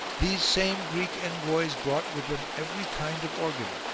these same greek envoys brought with them every kind of organ,